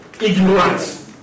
Ignorance